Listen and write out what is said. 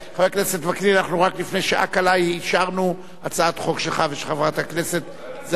רק לפני שעה קלה אישרנו הצעת חוק שלך ושל חברת הכנסת זהבה גלאון.